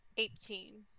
Eighteen